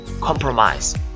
Compromise